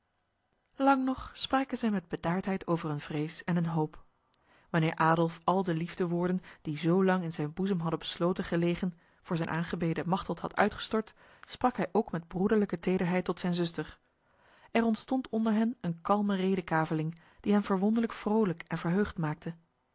lang nog spraken zij met bedaardheid over hun vrees en hun hoop wanneer adolf al de liefdewoorden die zolang in zijn boezem hadden besloten gelegen voor zijn aangebeden machteld had uitgestort sprak hij ook met broederlijke tederheid tot zijn zuster er ontstond onder hen een kalme redekaveling die hen verwonderlijk vrolijk en verheugd maakte